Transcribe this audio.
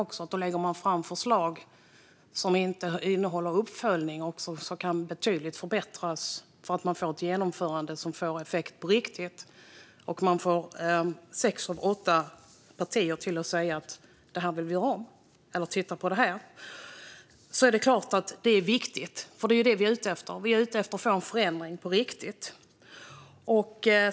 Någon lägger fram förslag som inte innehåller uppföljning och som kan förbättras betydligt så att man får ett genomförande som på riktigt får effekt. När sex av åtta partier säger att de vill att det hela görs om eller att man ska titta på en viss sak är det klart att detta är viktigt. Det är det här vi är ute efter, det vill säga en förändring på riktigt.